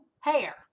hair